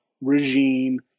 regime